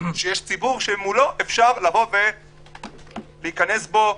שיש ציבור שמולו אפשר לבוא ולהיכנס בו.